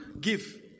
give